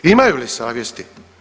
Imaju li savjesti?